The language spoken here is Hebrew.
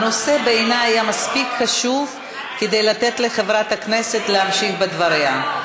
הנושא היה בעיני מספיק חשוב לתת לחברת הכנסת להמשיך בדבריה,